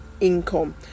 income